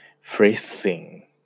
Freezing